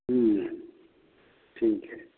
ठीक है